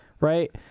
right